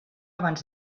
abans